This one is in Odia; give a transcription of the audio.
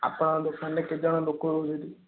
ଆପଣଙ୍କ ଦୋକାନରେ କେତେଜଣ ଲୋକ ରହୁଛନ୍ତି